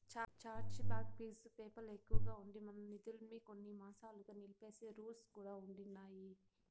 charge back fees PayPal ఎక్కువగా ఉండి, మన నిదుల్మి కొన్ని మాసాలుగా నిలిపేసే రూల్స్ కూడా ఉండిన్నాయి